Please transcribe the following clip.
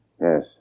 Yes